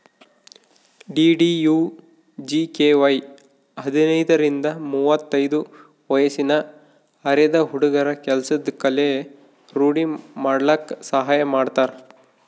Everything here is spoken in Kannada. ಡಿ.ಡಿ.ಯು.ಜಿ.ಕೆ.ವೈ ಹದಿನೈದರಿಂದ ಮುವತ್ತೈದು ವಯ್ಸಿನ ಅರೆದ ಹುಡ್ಗುರ ಕೆಲ್ಸದ್ ಕಲೆ ರೂಡಿ ಮಾಡ್ಕಲಕ್ ಸಹಾಯ ಮಾಡ್ತಾರ